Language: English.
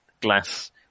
glass